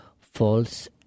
false